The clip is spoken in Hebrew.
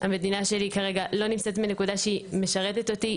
המדינה שלי כרגע לא נמצאת בנקודה שהיא משרתת אותי,